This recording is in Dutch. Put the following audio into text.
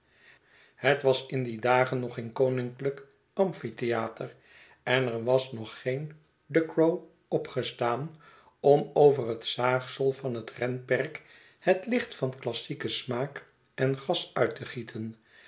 het was in die dagen nog geen koninklijk amphitheater en er was nog geen ducrow opgestaan om over het zaagsel van het renperk het licht van klassieken smaak en gas uit te gieten